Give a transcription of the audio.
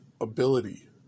ability